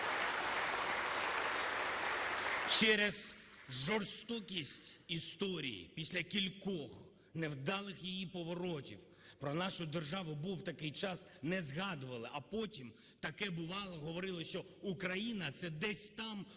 Через жорстокість історії, після кількох невдалих її поворотів про нашу державу, був такий час, не згадували, а потім, таке бувало, говорили, що Україна – це десь там, поруч